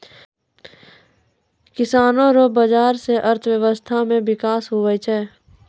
किसानो रो बाजार से अर्थव्यबस्था मे बिकास हुवै छै